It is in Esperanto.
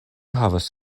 havas